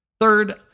Third